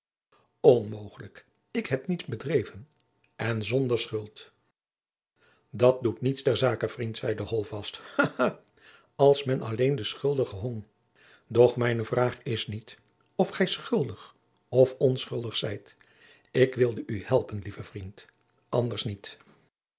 onmogelijk ik heb niets misdreven en zonder schuld dat doet niets ter zake vriend zeide holtvast ha ha als men alleen den schuldige jacob van lennep de pleegzoon hong doch mijne vraag is niet of gij schuldig of onschuldig zijt ik wilde u helpen lieve vriend anders niet